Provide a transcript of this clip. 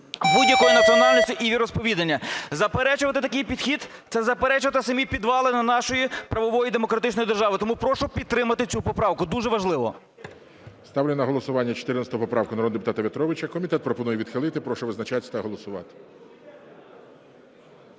будь-якої національності і віросповідання. Заперечувати такий підхід – це заперечувати самі підвалини нашої правової демократичної держави. Тому прошу підтримати цю поправку, дуже важливо. ГОЛОВУЮЧИЙ. Ставлю на голосування 14 поправку народного депутата В'ятровича, комітет пропонує відхилити. Прошу визначатися та голосувати.